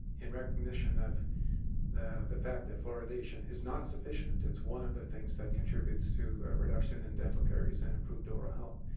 in recognition of the fact that fluoridation is not sufficient. it's one of the things that contributes to a reduction in dental care and improved oral health.